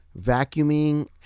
vacuuming